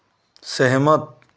सहमत